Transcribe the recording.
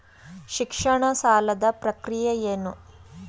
ಶಿಕ್ಷಣ ಸಾಲದ ಪ್ರಕ್ರಿಯೆ ಏನು?